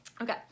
Okay